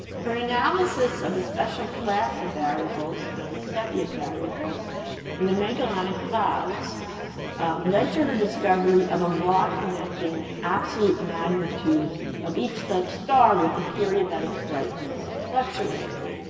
her analysis of a special class of variables known as cepheid variables in the magellanic clouds led to her discovery of a law connecting the absolute magnitude of each such star with the period that its brightness fluctuated.